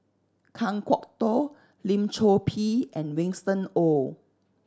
Kan Kwok Toh Lim Chor Pee and Winston Oh